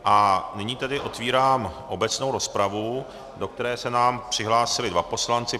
A nyní tedy otvírám obecnou rozpravu, do které se nám přihlásili dva poslanci.